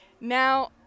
Now